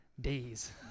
days